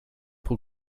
pro